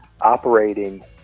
operating